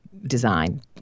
design